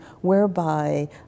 whereby